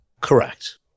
Correct